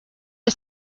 est